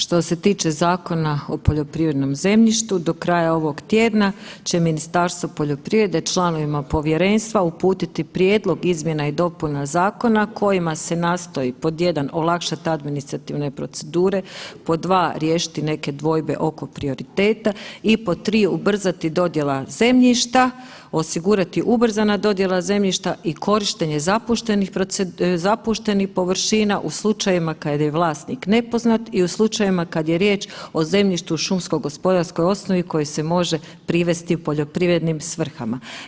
Što se tiče Zakona o poljoprivrednom zemljištu, do kraja ovog tjedna će Ministarstvo poljoprivrede članovima povjerenstva uputiti prijedlog izmjena i dopuna Zakona kojima se nastoji pod jedan olakšati administrativne procedure, pod dva riješiti neke dvojbe oko prioriteta i pod tri ubrzati dodjela zemljišta, osigurati ubrzana dodjela zemljišta i korištenje zapuštenih površina u slučajevima kad je vlasnik nepoznat i u slučajevima kad je riječ o zemljištu u šumsko gospodarskoj osnovi koji se može privesti poljoprivrednim svrhama.